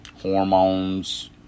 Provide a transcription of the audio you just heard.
hormones